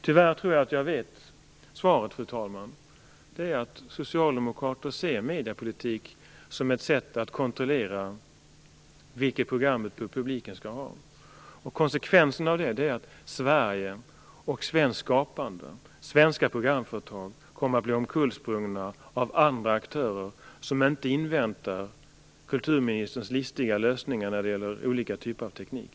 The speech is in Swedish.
Tyvärr tror jag att jag vet svaret. Socialdemokrater ser nämligen mediepolitiken som ett sätt att kontrollera publikens programutbud. Konsekvensen av det är att Sverige och svenskt skapande - svenska programföretag - kommer att bli omkullsprungna av andra aktörer, som inte inväntar kulturministerns listiga lösningar när det gäller olika typer av teknik.